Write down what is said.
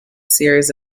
series